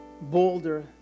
bolder